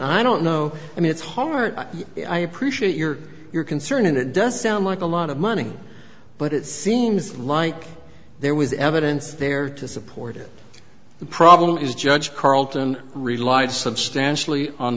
i don't know i mean it's hard i appreciate your your concern and it does sound like a lot of money but it seems like there was evidence there to support it the problem is judge carlton relied substantially on